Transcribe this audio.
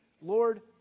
Lord